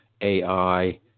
AI